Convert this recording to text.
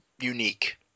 unique